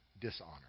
dishonor